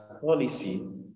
policy